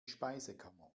speisekammer